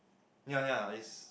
yea yea it's